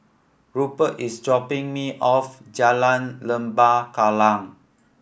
Rupert is dropping me off Jalan Lembah Kallang